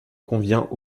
convient